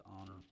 honor